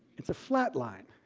it is a flat line.